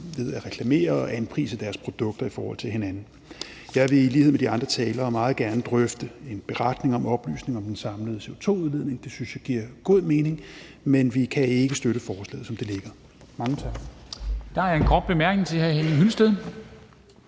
ved at man reklamerer og anpriser sine produkter i forhold til andres. Jeg vil i lighed med de andre talere meget gerne drøfte muligheden for at lave en beretning om oplysning om den samlede CO2-udledning. Det synes jeg giver god mening, men vi kan ikke støtte forslaget, som det ligger. Mange tak. Kl. 10:19 Formanden (Henrik Dam